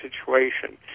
situation